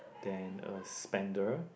than a spender